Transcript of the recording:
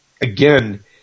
again